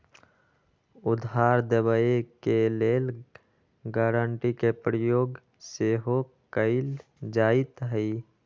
उधार देबऐ के लेल गराँटी के प्रयोग सेहो कएल जाइत हइ